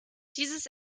dieses